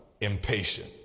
impatient